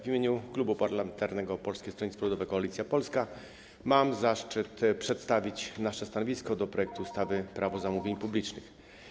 W imieniu Klubu Parlamentarnego Polskie Stronnictwo Ludowe - Koalicja Polska mam zaszczyt przedstawić stanowisko wobec projektu ustawy Prawo zamówień publicznych.